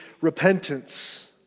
repentance